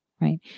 right